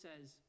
says